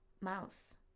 Mouse